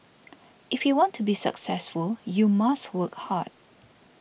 if you want to be successful you must work hard